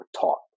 taught